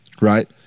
Right